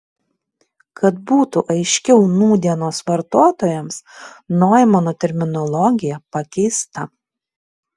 kad būtų aiškiau nūdienos vartotojams noimano terminologija pakeista